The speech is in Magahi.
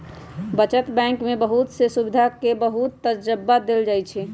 बचत बैंक में बहुत से सुविधा के बहुत तबज्जा देयल जाहई